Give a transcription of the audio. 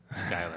Skyler